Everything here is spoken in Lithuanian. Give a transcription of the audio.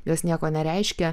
jos nieko nereiškia